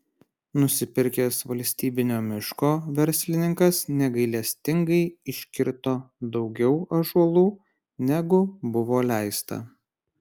nusipirkęs valstybinio miško verslininkas negailestingai iškirto daugiau ąžuolų negu buvo leista